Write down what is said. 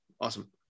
awesome